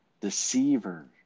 deceiver